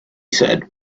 said